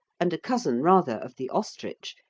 and a cousin rather of the ostrich,